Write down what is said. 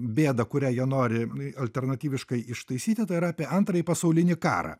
bėda kurią jie nori a alternatyviškai ištaisyti tai yra apie antrąjį pasaulinį karą